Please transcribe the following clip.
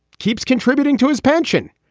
keeps contributing to his pension.